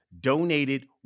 donated